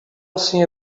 assim